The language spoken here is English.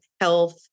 health